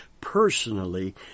personally